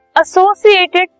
associated